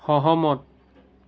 সহমত